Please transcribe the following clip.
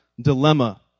dilemma